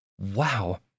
Wow